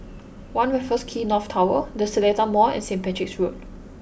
One Raffles Quay North Tower The Seletar Mall and St Patrick's Road